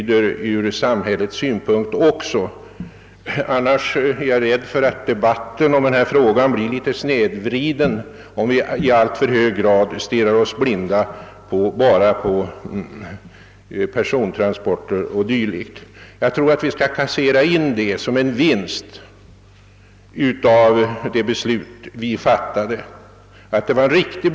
Debatten i dessa frågor blir litet snedvriden, om vi stirrar oss blinda på persontransporterna. Vi skall inkassera även denna samhällsekonomiska vinst av det beslut vi fattade 1963.